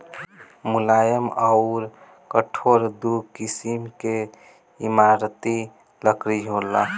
मुलायम अउर कठोर दू किसिम के इमारती लकड़ी होला